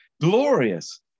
glorious